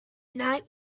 night